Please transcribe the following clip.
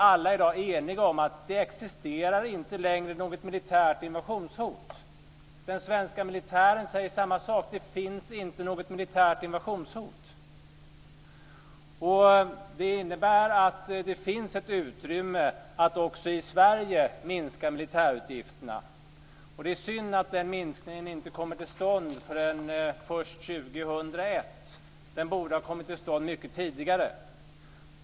Alla är i dag eniga om att det inte längre existerar något militärt invasionshot. Den svenska militären säger samma sak: Det finns inte något militärt invasionshot. Detta innebär att det finns ett utrymme att också i Sverige minska militärutgifterna. Det är synd att den minskningen inte kommer till stånd förrän först 2001. Den borde ha kommit till stånd mycket tidigare.